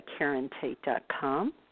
KarenTate.com